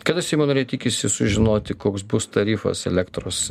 kada seimo nariai tikisi sužinoti koks bus tarifas elektros